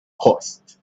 cost